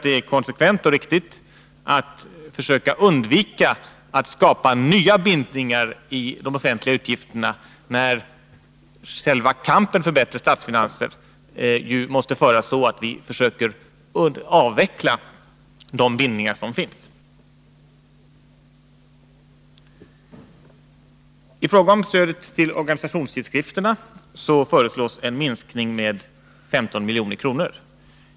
Det är konsekvent och riktigt att försöka undvika att skapa nya bindningar i de offentliga utgifterna, när själva kampen för bättre statsfinanser måste föras så, att vi försöker avveckla de bindningar som finns. I stödet till organisationstidskrifterna föreslås en minskning med 15 milj.kr.